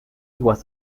was